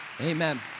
Amen